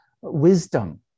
wisdom